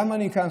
למה אני כאן?